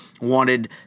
wanted